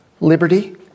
liberty